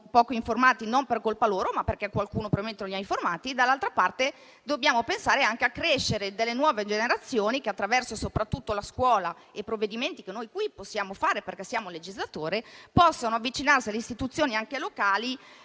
poco informati, e non per colpa loro, ma perché qualcuno probabilmente non li ha informati e - dall'altra parte - dobbiamo pensare anche a crescere delle nuove generazioni che, soprattutto attraverso la scuola e provvedimenti che noi qui possiamo fare perché siamo legislatori, possano avvicinarsi anche alle istituzioni locali